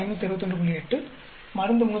8 மருந்து 352